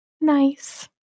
Nice